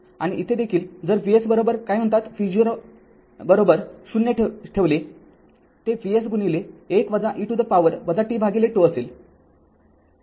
आणि इथे देखील जर Vs काय म्हणतात v0० ठेवले ते Vs गुणिले १ e to the power tτ असेल